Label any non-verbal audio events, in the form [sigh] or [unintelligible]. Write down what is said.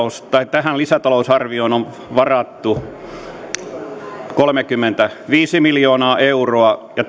tähän lisätalousarvioon on varattu kolmekymmentäviisi miljoonaa euroa ja [unintelligible]